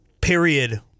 Period